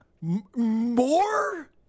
More